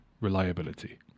reliability